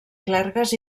clergues